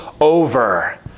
over